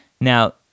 Now